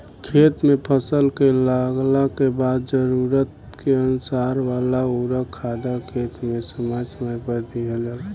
खेत में फसल के लागला के बाद जरूरत के अनुसार वाला उर्वरक खादर खेत में समय समय पर दिहल जाला